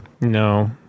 No